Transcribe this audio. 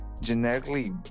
genetically